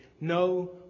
No